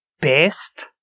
best